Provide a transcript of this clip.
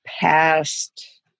past